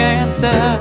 answer